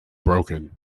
broken